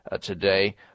today